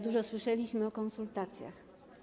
Dużo słyszeliśmy o konsultacjach.